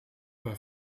per